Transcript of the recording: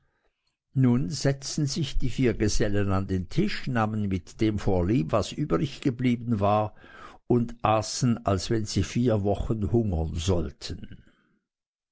nun setzten sich die vier gesellen an den tisch nahmen mit dem vorlieb was übrig geblieben war und aßen als wenn sie vier wochen hungern sollten